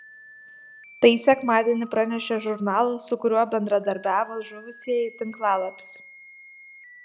tai sekmadienį pranešė žurnalo su kuriuo bendradarbiavo žuvusieji tinklalapis